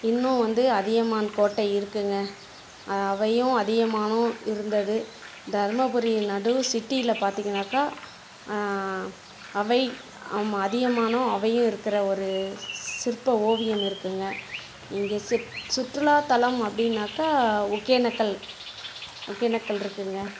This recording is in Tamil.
இன்னும் வந்து அதியமான் கோட்டை இருக்குங்க அவ்வையும் அதியமானும் இருந்தது தருமபுரி நடு சிட்டியில் பார்த்தீங்கனாக்கா அவ்வை அதியமானும் அவ்வையும் இருக்கிற ஒரு சிற்ப ஓவியம் இருக்குங்க இங்கே சு சுற்றுலாத்தலம் அப்படின்னாக்கா ஒகேனக்கல் ஒகேனக்கல் இருக்குங்க